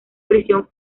prisión